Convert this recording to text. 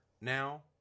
now